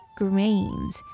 grains